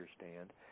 understand